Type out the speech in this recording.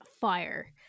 fire